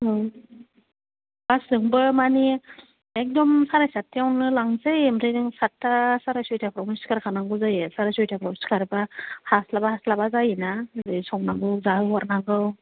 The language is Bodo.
बासजोंबो मानि एखदम साराय साठथायावनो लांसै ओमफ्राय जों साठथा साराय सयथाफोरायनो सिखारखानांगौ जायो साराय सयथाफोराव सिखारब्ला हास्लाबा हास्लाबा जायोना नैबे संनांगौ जाहोहरनांगौ